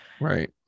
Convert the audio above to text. right